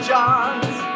John's